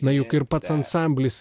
na juk ir pats ansamblis